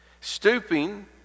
Stooping